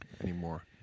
anymore